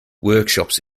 workshops